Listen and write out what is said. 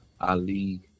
Ali